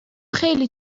خیلی